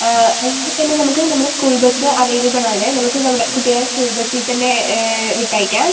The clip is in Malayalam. അതുപോലെതന്നെ നമുക്ക് നമ്മുടെ സ്കൂൾ ബസ് അവൈലബിൾ ആണ് നമുക്ക് നമ്മുടെ കുട്ടികളെ സ്കൂൾ ബസ്സിൽ തന്നെ വിട്ടയക്കാം